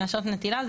אם לעשות נטילה,